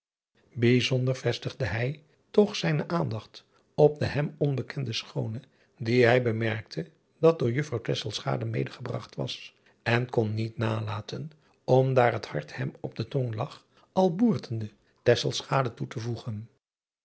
ijzonder vestigde hij toch zijne aandacht op de hem onbekende schoone die hij bemerkte dat door juffrouw medegebragt was en kon niet nalaten om daar het hart hem op de tong lag al boertende toe te voegen